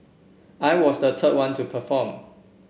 I was the third one to perform